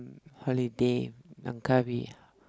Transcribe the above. holiday langkawi